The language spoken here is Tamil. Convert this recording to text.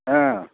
ஆ